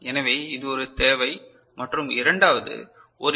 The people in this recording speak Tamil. எனவே இது ஒரு தேவை மற்றும் இரண்டாவது ஒரு எம்